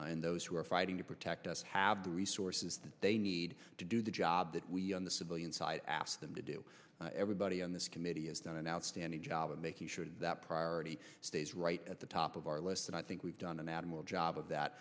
and those who are fighting to protect us have the resources that they need to do the job that we on the civilian side asked them to do everybody on this committee has done an outstanding job of making sure that priority stays right at the top of our list and i think we've done an admiral job of that